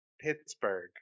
Pittsburgh